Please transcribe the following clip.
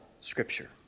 scripture